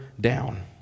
down